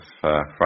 Friday